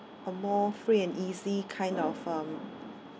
a more free and easy kind of um